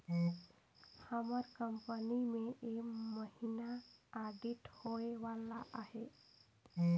हमर कंपनी में ए महिना आडिट होए वाला अहे